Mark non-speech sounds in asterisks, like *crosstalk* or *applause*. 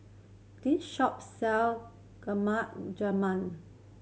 this shop sell *unintelligible* Jamun